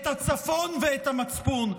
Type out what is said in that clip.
את הצפון ואת המצפון.